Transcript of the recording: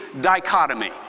dichotomy